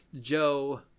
Joe